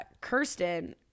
Kirsten